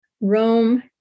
Rome